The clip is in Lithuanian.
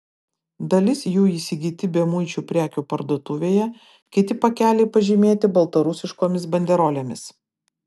dalis jų įsigyti bemuičių prekių parduotuvėje kiti pakeliai pažymėti baltarusiškomis banderolėmis